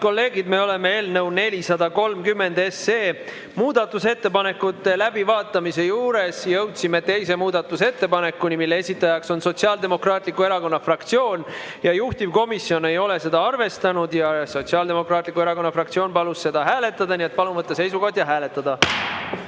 kolleegid, me oleme eelnõu 430 muudatusettepanekute läbivaatamise juures. Jõudsime teise muudatusettepanekuni, mille esitaja on Sotsiaaldemokraatliku Erakonna fraktsioon ja juhtivkomisjon ei ole seda arvestanud. Sotsiaaldemokraatliku Erakonna fraktsioon palub seda hääletada, nii et palun võtta seisukoht ja hääletada!